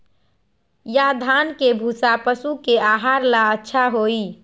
या धान के भूसा पशु के आहार ला अच्छा होई?